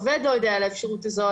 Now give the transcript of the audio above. היות שקו לעובד לא יודע על האפשרות הזו,